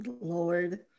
Lord